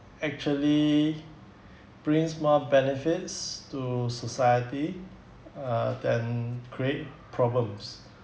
actually brings more benefits to society uh than create problems